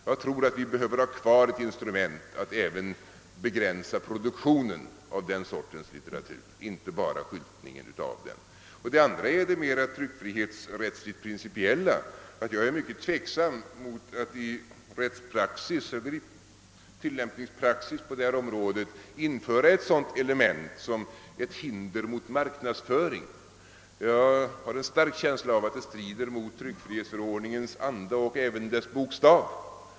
Jag tror att vi behöver ha kvar ett instrument att även begränsa produktionen av den sortens litteratur, inte bara skyltningen med den. Det andra skälet är det mera tryckfrihetsrättsligt principiella. Jag är mycket tveksam mot att i tillämpningspraxis på detta område införa ett sådant instrument som ett hinder mot marknadsföringen. Jag har en stark känsla av att det strider mot tryckfrihetsförordningens anda och även dess bokstav.